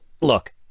look